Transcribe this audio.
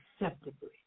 acceptably